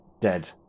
dead